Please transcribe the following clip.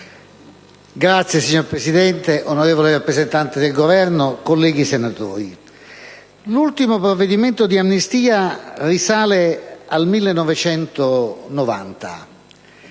*(PdL)*. Signora Presidente, onorevole rappresentante del Governo, colleghi senatori, l'ultimo provvedimento di amnistia risale al 1990.